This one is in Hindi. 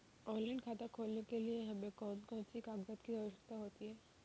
ऑनलाइन खाता खोलने के लिए हमें कौन कौन से कागजात की आवश्यकता होती है?